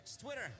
Twitter